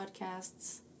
podcasts